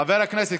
חבר הכנסת,